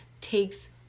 takes